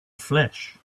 flesh